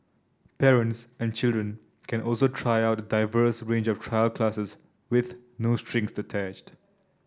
parents and children can also try out a diverse range of trial classes with no strings attached